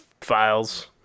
files